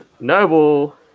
Noble